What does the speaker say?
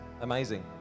amazing